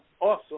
awesome